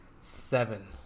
seven